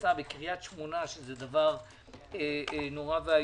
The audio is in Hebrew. פרנסה בקריית שמונה שזה דבר נורא ואיום.